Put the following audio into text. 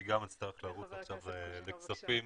אני גם אצטרך לרוץ עכשיו לוועדת הכספים,